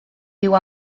viu